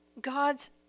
God's